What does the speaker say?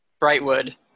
Brightwood